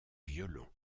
violon